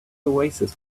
oasis